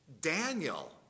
Daniel